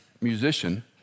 musician